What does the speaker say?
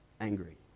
angry